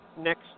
next